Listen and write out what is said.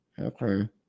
okay